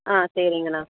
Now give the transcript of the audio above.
ஆ சரிங்கண்ணா